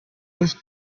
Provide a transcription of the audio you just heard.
was